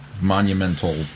monumental